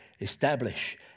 establish